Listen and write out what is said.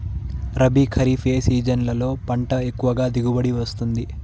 రబీ, ఖరీఫ్ ఏ సీజన్లలో పంట ఎక్కువగా దిగుబడి వస్తుంది